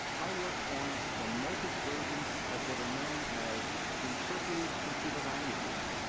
i worked on the multics versions of what are known as interpreted computer languages,